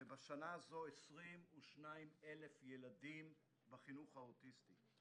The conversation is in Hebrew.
ובשנה הזו 22,000 ילדים בחינוך לאוטיסטים.